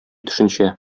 төшенчә